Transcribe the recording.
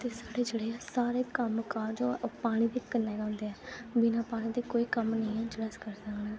साढ़े जेह्ड़े सारे कम्म काज ओह् पानी दे कन्नै गै होंदे न बिना पानी दे कोई बी कम्म नेईं